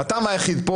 הטעם היחיד פה,